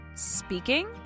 speaking